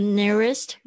nearest